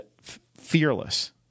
fearless